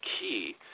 key